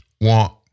want